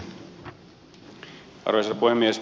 arvoisa puhemies